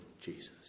Jesus